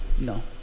No